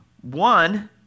one